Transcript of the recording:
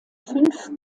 fünf